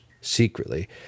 Secretly